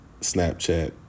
Snapchat